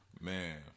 Man